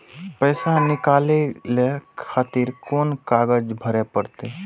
पैसा नीकाले खातिर कोन कागज भरे परतें?